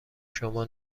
شما